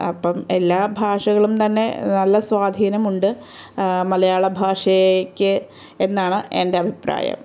അപ്പം എല്ലാ ഭാഷകളും തന്നെ നല്ല സ്വാധീനമുണ്ട് മലയാള ഭാഷയ്ക്ക് എന്നാണ് എന്റെ അഭിപ്രായം